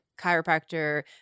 chiropractor